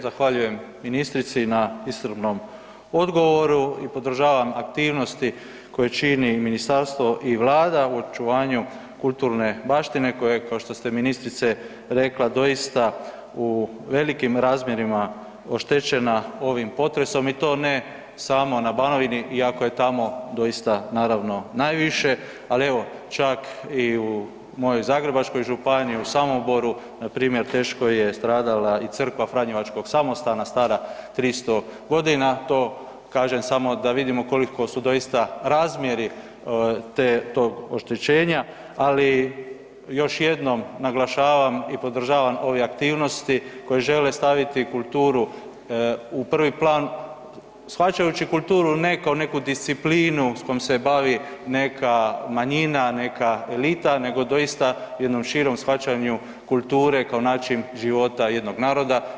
Zahvaljujem ministrici na iscrpnom odgovoru i podržavam aktivnosti koje čini ministarstvo i Vlada u očuvanju kulturne baštine koje kao što ste ministrice rekla doista u velikim razmjerima oštećena ovim potresom i to ne samo na Banovini iako je tamo doista naravno najviše, ali evo čak i u mojoj Zagrebačkoj županiji u Samoboru npr. teško je stradala i crkva franjevačkog samostana stara 300 godina, to kažem samo da vidimo koliko su doista razmjeri te, tog oštećenja, ali još jednom naglašavam i podržavam ove aktivnosti koje žele staviti kulturu u prvi plan shvaćajući kulturu ne kao neku disciplinu s kojom se bavi neka manjina, neka elita, nego doista jednom širom shvaćanju kulture kao način života jednog naroda.